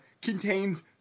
contains